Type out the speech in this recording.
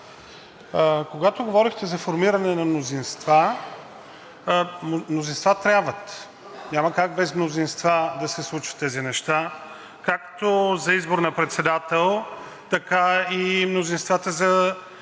когато говорихте за формиране на мнозинства – мнозинства трябват. Няма как без мнозинства да се случват тези неща както за избор на председател, така и мнозинствата за